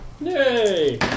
Yay